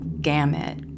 gamut